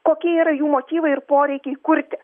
kokie yra jų motyvai ir poreikiai kurti